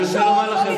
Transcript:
אני רוצה לספר לכם,